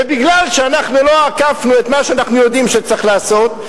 ומפני שאנחנו לא אכפנו את מה שאנחנו יודעים שצריך לעשות,